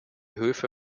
höfe